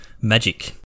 Magic